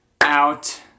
out